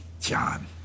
John